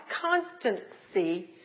constancy